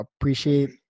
appreciate